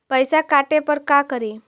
पैसा काटे पर का करि?